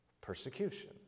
persecution